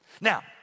Now